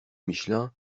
michelin